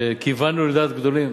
שכיוונו לדעת גדולים,